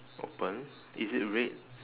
open is it red